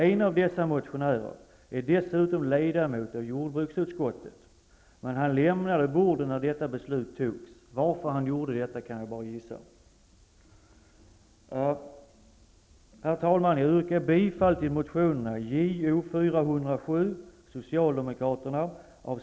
En av motionärerna är dessutom ledamot av jordbruksutskottet, men han lämnade bordet när detta beslut togs. Varför han gjorde det, kan jag bara gissa. Herr talman!